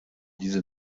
diese